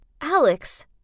Alex